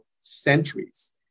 centuries